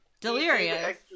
Delirious